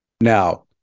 Now